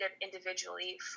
individually